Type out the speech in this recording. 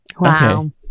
wow